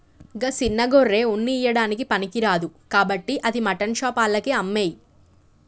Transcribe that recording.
గా సిన్న గొర్రె ఉన్ని ఇయ్యడానికి పనికిరాదు కాబట్టి అది మాటన్ షాప్ ఆళ్లకి అమ్మేయి